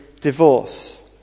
divorce